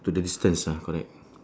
to then strive ah correct